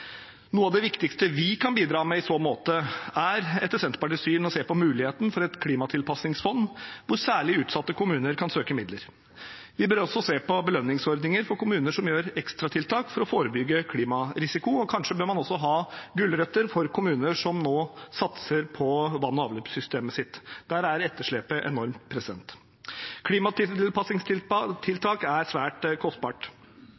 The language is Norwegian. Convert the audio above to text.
Noe av det viktigste vi kan bidra med i så måte, er etter Senterpartiets syn å se på muligheten for et klimatilpassingsfond hvor særlig utsatte kommuner kan søke midler. Vi bør også se på belønningsordninger for kommuner som gjør ekstra tiltak for å forebygge klimarisiko, og kanskje bør man også ha gulrøtter for kommuner som nå satser på vann- og avløpssystemet sitt. Der er etterslepet enormt.